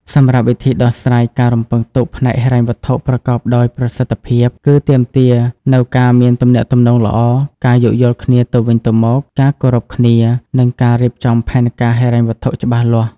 សម្រាប់វិធីដោះស្រាយការរំពឹងទុកផ្នែកហិរញ្ញវត្ថុប្រកបដោយប្រសិទ្ធភាពគឺ ទាមទារនូវការមានទំនាក់ទំនងល្អ ការយោគយល់គ្នាទៅវិញទៅមក ការគោរពគ្នា និងការរៀបចំផែនការហិរញ្ញវត្ថុច្បាស់លាស់។